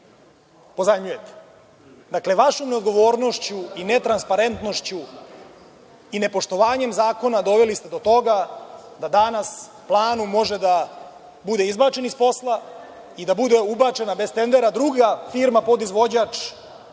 pozajmljujete. Dakle, vašom neodgovornošću i netransparentnošću i nepoštovanjem zakona doveli ste do toga da danas „Planum“ može da bude izbačen iz posla i da bude ubačena bez tendera druga firma, podizvođač